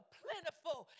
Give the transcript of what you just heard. plentiful